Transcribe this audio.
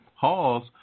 Halls